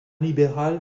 libéral